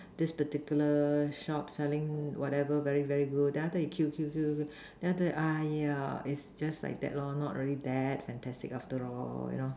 this particular shop selling whatever very very good then after you queue queue queue queue then after that !aiya! is just like that lor not really that fantastic after all you know